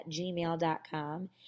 gmail.com